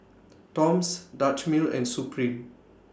Toms Dutch Mill and Supreme